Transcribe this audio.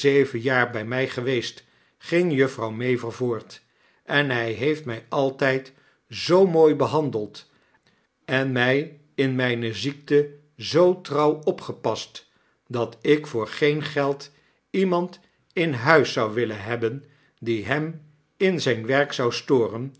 zeven jaar bij mij geweest ging juffrouw mavor voort en hij heeft mij altijd zoo mooi behandeld en mij in mijne ziekte zoo trouw opgepast dat ik voor geen geld iemand in huis zou wilien hebben die hem in zijn werk zou storen